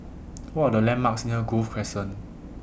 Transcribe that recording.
What Are The landmarks near Grove Crescent